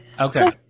Okay